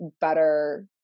better